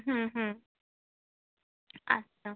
হুম হুম আচ্ছা